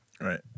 Right